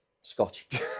Scotch